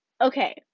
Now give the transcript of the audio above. Okay